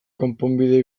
konponbidea